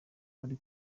uri